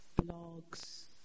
blogs